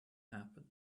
happen